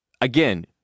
Again